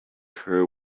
her